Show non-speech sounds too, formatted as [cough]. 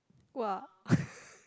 !wah! [noise]